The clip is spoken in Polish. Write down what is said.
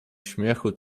śmiechu